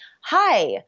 hi